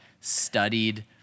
studied